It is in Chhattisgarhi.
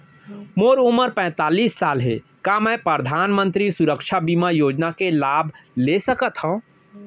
मोर उमर पैंतालीस साल हे का मैं परधानमंतरी सुरक्षा बीमा योजना के लाभ ले सकथव?